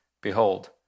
Behold